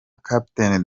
captain